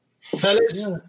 fellas